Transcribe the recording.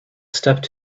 stepped